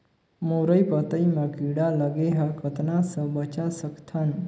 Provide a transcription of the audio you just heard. मुरई पतई म कीड़ा लगे ह कतना स बचा सकथन?